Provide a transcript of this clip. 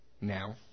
now